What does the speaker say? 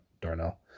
Darnell